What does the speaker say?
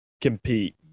compete